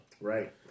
Right